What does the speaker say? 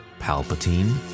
Palpatine